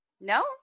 No